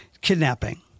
kidnapping